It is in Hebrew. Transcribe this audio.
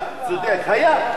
היום לא.